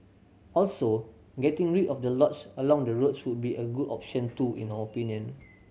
also getting rid of the lots along the roads would be a good option too in our opinion